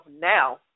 now